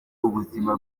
ubuzima